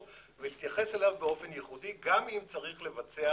ולהתייחס אליו באופן ייחודי גם אם צריך לבצע